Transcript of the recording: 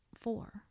four